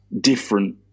different